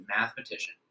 mathematician